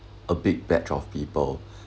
a big batch of people